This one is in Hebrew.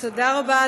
תודה רבה,